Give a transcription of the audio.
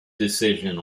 decision